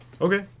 Okay